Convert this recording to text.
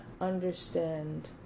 understand